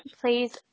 Please